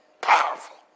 powerful